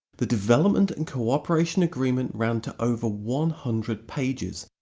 the development and cooperation agreement ran to over one hundred pages,